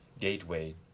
gateway